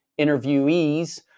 interviewees